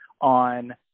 on